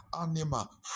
animal